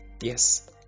yes